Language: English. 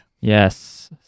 Yes